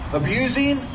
abusing